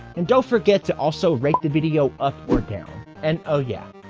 and don't forget to also rate the video up or down, and oh yeah!